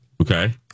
Okay